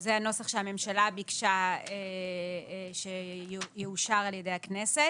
וזה הנוסח שהממשלה ביקשה שיאושר על ידי הכנסת.